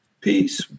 Peace